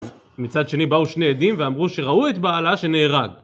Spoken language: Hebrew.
מצד שני באו שני עדים ואמרו שראו את בעלה שנהרג